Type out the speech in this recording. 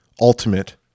ultimate